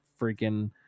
freaking